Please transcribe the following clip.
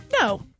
No